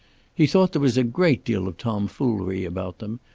he thought there was a great deal of tomfoolery about them,